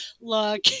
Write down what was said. Look